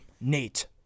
Nate